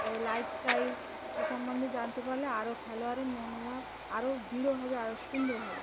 তাদের লাইফস্টাইল সে সম্বন্ধে জানতে পারলে আরও খেলোয়াড়ের মনোভাব আরও দৃঢ় হবে আরও সুন্দর হবে